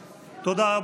תודה.